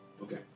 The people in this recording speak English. Okay